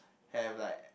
have like